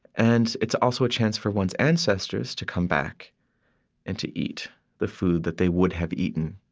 and it's also a chance for one's ancestors to come back and to eat the food that they would have eaten